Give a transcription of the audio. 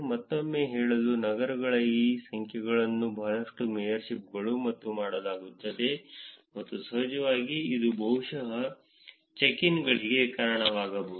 ಮತ್ತೊಮ್ಮೆ ಹೇಳಲು ನಗರಗಳು ಈ ಸಲಹೆಗಳನ್ನು ಬಹಳಷ್ಟು ಮೇಯರ್ಶಿಪ್ಗಳು ಮತ್ತು ಮಾಡಲಾಗುತ್ತದೆ ಮತ್ತು ಸಹಜವಾಗಿ ಇದು ಬಹುಶಃ ಚೆಕ್ಇನ್ಗಳಿಗೆ ಕಾರಣವಾಗಬಹುದು